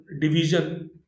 division